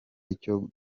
icyo